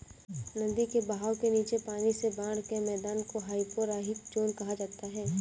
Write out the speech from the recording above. नदी के बहाव के नीचे पानी से बाढ़ के मैदान को हाइपोरहाइक ज़ोन कहा जाता है